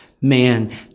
man